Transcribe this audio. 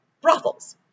brothels